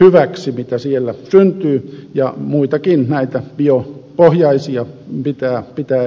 hyväksi sitä mitä siellä syntyy ja muitakin näitä biopohjaisia pitää edistää